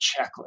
checklist